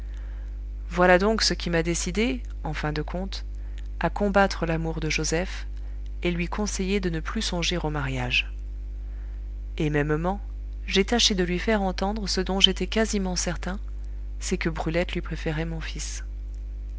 voilà donc ce qui m'a décidé en fin de compte à combattre l'amour de joseph et lui conseiller de ne plus songer au mariage et mêmement j'ai tâché de lui faire entendre ce dont j'étais quasiment certain c'est que brulette lui préférait mon fils